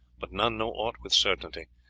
but none know aught with certainty.